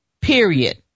period